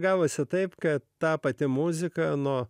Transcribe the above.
gavosi taip kad ta pati muzika ano